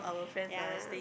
yeah